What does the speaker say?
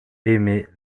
aimer